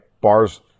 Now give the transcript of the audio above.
Bars